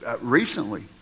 recently